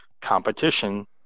competition